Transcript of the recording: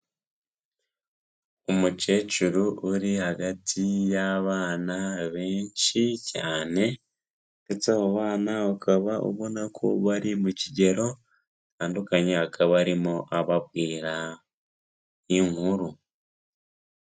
Umukecuru uri hagati y'abana benshi cyane, ndetse abo bana bakaba ubona ko bari mu kigero gitandukanye akaba arimo ababwira inkuru.